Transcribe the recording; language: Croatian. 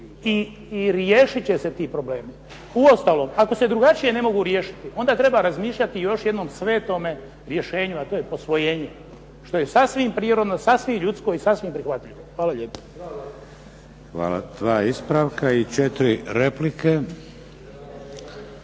i riješit će se ti problemi. Uostalom, ako se drugačije ne mogu riješiti onda treba razmišljati još jednom o svetome rješenju a to je posvojenju, što je sasvim prirodno, sasvim ljudsko i sasvim prihvatljivo. Hvala lijepo. **Šeks, Vladimir (HDZ)** Dva ispravka i četiri replike.